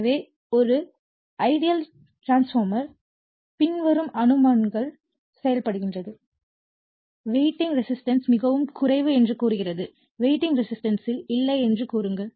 எனவே ஒரு ஐடியல் டிரான்ஸ்பார்மர்க்கு பின்வரும் அனுமானங்கள் செய்யப்படுகின்றன வைண்டிங் ரெசிஸ்டன்ஸ் மிகக் குறைவு என்று கூறுகிறது வைண்டிங் ரெசிஸ்டன்ஸ் இல்லை என்று கூறுங்கள்